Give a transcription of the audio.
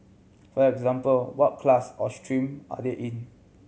for example what class or stream are they in